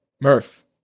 Murph